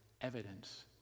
evidence